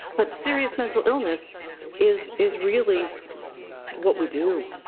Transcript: but serious mental illness is is really what we do,